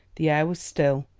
the air was still,